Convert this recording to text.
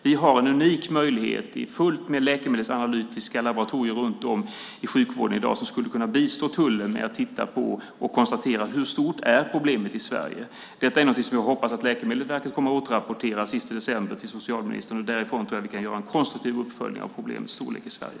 Vi har en unik möjlighet i att det finns fullt med läkemedelsanalytiska laboratorier runt om i sjukvården i dag som skulle kunna bistå tullen med att titta på och konstatera hur stort problemet är i Sverige. Detta är någonting som jag hoppas att Läkemedelsverket kommer att återrapportera den 31 december till socialministern. Därifrån tror jag att vi kan göra en konstruktiv uppföljning av problemets storlek i Sverige.